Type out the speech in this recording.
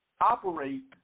operate